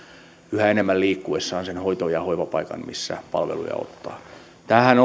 yhä enemmän liikkuessaan sen hoito ja hoivapaikan missä palveluja ottaa tämähän